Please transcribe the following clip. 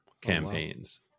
campaigns